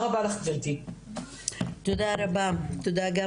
תודה רבה לך, גברתי.